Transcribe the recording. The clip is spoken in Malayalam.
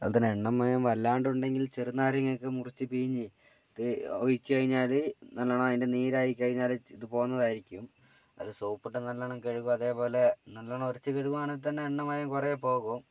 അതുപോലെത്തന്നെ എണ്ണമയം വല്ലാണ്ടുണ്ടെങ്കിൽ ചെറുനാരങ്ങയൊക്കെ മുറിച്ച് പിഴിഞ്ഞ് ഈ ഒഴിച്ചു കഴിഞ്ഞാൽ നല്ലോണം അതിൻ്റെ നീരായിക്കഴിഞ്ഞരച്ച് ഇത് പോകുന്നതായിരിക്കും അത് സോപ്പിട്ട് നല്ലോണം കഴുകും അതേപോലെ നല്ലോണം ഉരച്ച് കഴുകുകയാണെങ്കിൽത്തന്നെ എണ്ണമയം കുറേപ്പോകും